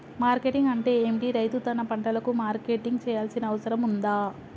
Marketing అంటే ఏమిటి? రైతు తన పంటలకు మార్కెటింగ్ చేయాల్సిన అవసరం ఉందా?